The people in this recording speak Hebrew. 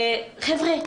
חבר'ה,